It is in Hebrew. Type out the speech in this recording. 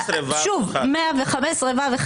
יש סעיף מפורש, 115(ו)(1).